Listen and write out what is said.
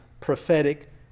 prophetic